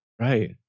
Right